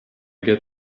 get